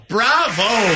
Bravo